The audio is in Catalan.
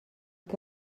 què